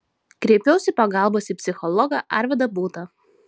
kreipiausi pagalbos į psichologą arvydą būtą